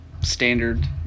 standard